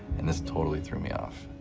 and this totally threw me off.